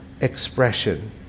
expression